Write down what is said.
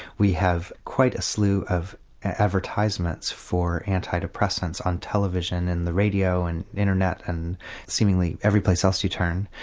we have quite a slew of advertisements for anti-depressants on television, in the radio, and internet and seemingly every place else you turn.